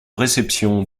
réception